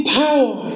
power